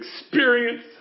experience